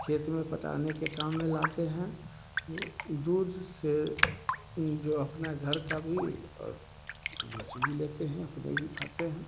खेत में पटाने के काम में लाते हैं दूध से जो अपना घर का भी और बेच भी लेते हैं अपने भी खाते हैं